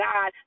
God